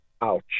Ouch